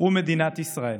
הוא מדינת ישראל.